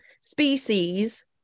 species